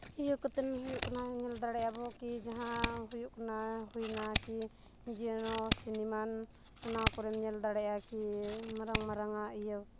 ᱤᱭᱟᱹ ᱠᱚᱛᱮᱫ ᱦᱩᱭᱩᱜ ᱠᱟᱱᱟ ᱧᱮᱞ ᱫᱟᱲᱮᱭᱟᱜᱼᱟ ᱵᱚ ᱠᱤ ᱡᱟᱦᱟᱸ ᱦᱩᱭᱩᱜ ᱠᱟᱱᱟ ᱦᱩᱭᱱᱟ ᱠᱤ ᱡᱮᱲᱚ ᱥᱤᱱᱮᱢᱟᱱ ᱚᱱᱟ ᱠᱚᱨᱮᱢ ᱧᱮᱞ ᱫᱟᱲᱮᱭᱟᱜᱼᱟ ᱠᱤ ᱢᱟᱨᱟᱝ ᱢᱟᱨᱟᱝ ᱟᱸᱜ ᱤᱭᱟᱹ